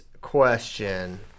question